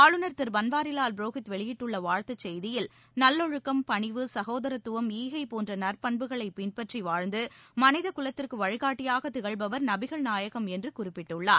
ஆளுநர் திரு பன்வாரிவால் புரோஹித் வெளியிட்டுள்ள வாழ்த்து செய்தியில் நல்லொழுக்கம் பணிவு சகோதரத்துவம் ஈகை போன்ற நற்பண்புகளை பின்பற்றி வாழ்ந்து மனித குலத்திற்கு வழிகாட்டியாக திகழ்பவர் நபிகள் நாயகம் என்று குறிப்பிட்டுள்ளார்